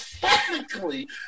technically